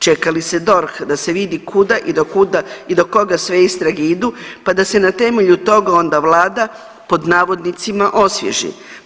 Čeka li se DORH da se vidi kuda i do kuda i do koga sve istrage idu pa da se na temelju toga onda vlada pod navodnicima osvježi.